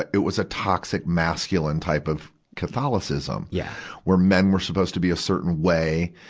it was a toxic masculine type of catholicism, yeah where men were supposed to be a certain way,